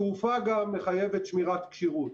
התעופה גם מחייבת שמירת כשירות.